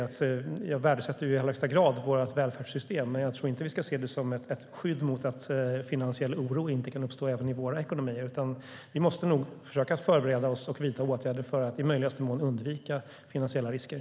Jag värdesätter i allra högsta grad vårt välfärdssystem, men jag tror inte att vi ska se det som en garanti för att finansiell oro inte kan uppstå även i våra ekonomier. Vi måste nog försöka förbereda oss och vidta åtgärder för att i möjligaste mån undvika finansiella risker.